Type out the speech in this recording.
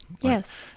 Yes